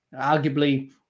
Arguably